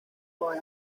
boy